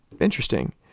Interesting